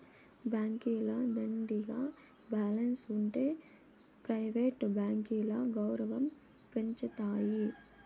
బాంకీల దండిగా బాలెన్స్ ఉంటె ప్రైవేట్ బాంకీల గౌరవం పెంచతాయి